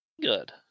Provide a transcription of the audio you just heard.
good